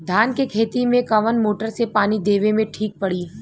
धान के खेती मे कवन मोटर से पानी देवे मे ठीक पड़ी?